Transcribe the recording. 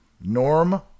Norm